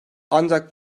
ancak